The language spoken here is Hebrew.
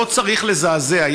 לא צריך לזעזע,